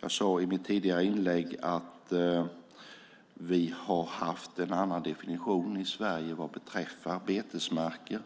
Jag sade i mitt tidigare inlägg att vi har haft en annan definition i Sverige vad beträffar betesmarker.